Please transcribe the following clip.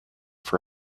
for